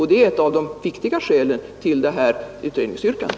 Det är ett av de viktigaste skälen till detta utredningsyrkande.